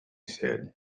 said